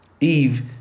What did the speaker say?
Eve